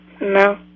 No